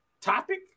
Topic